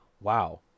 wow